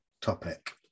topic